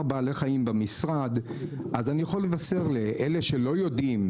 בעלי חיים במשרד אז אני יכול לבשר לאלה שלא יודעים,